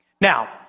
Now